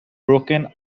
broken